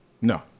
No